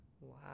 Wow